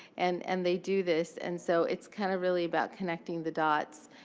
and and they do this. and so it's kind of really about connecting the dots.